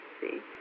See